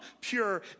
pure